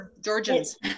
Georgians